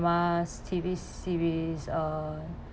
~mas T_V series uh